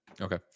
Okay